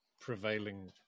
prevailing